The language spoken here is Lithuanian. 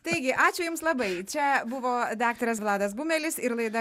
taigi ačiū jums labai čia buvo daktaras vladas bumelis ir laida